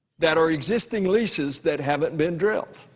that are existing leases that haven't been drilled.